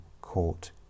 court